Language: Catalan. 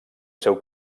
seu